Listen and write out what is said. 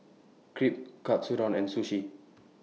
Crepe Katsudon and Sushi